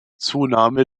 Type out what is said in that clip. zunahme